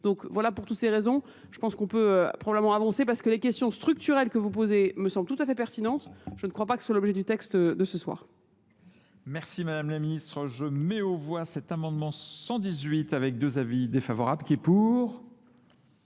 Donc voilà pour toutes ces raisons. Je pense qu'on peut probablement avancer parce que les questions structurelles que vous posez me semblent tout à fait pertinentes. Je ne crois pas que ce soit l'objet du texte de ce soir. Merci Madame la Ministre. Je mets au voie cet amendement 118 avec deux avis défavorables. Qui est pour